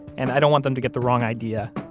and i don't want them to get the wrong idea,